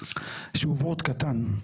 וורט קטן: